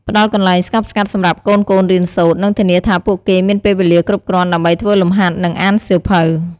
ផ្តល់កន្លែងស្ងប់ស្ងាត់សម្រាប់កូនៗរៀនសូត្រ និងធានាថាពួកគេមានពេលវេលាគ្រប់គ្រាន់ដើម្បីធ្វើលំហាត់ និងអានសៀវភៅ។